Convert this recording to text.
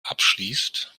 abschließt